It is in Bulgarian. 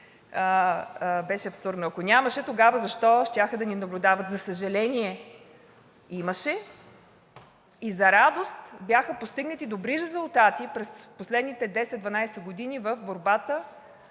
беше абсурдно. Ако нямаше, тогава защо щяха да ни наблюдават? За съжаление, имаше! И за радост бяха постигнати добри резултати през последните 10 – 12 години в борбата,